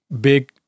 big